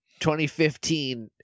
2015